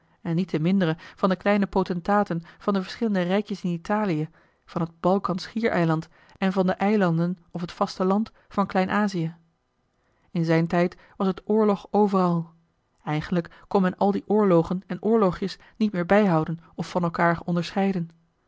en niet de mindere van de kleine potentaten van de verschillende rijkjes in italië van het balkan schiereiland en van de eilanden of het vasteland van klein-azië in zijn tijd was het oorlog overal eigenlijk kon men al die oorlogen en oorlogjes niet meer bijhouden of van elkaar onderscheiden